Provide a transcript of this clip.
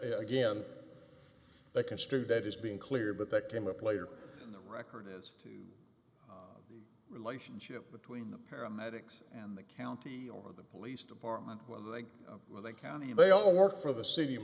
again they construe that is being clear but that came up later in the record is the relationship between the paramedics and the county or the police department when they were the county they all work for the city